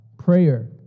Prayer